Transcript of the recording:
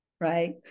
right